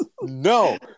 no